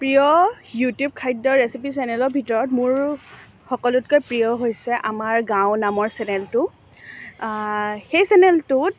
প্ৰিয় ইউটিউব খাদ্য ৰেচিপি চেনেলৰ ভিতৰত মোৰ সকলোতকৈ প্ৰিয় হৈছে আমাৰ গাঁও নামৰ চেনেলটো সেই চেনেলটোত